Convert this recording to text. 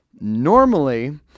Normally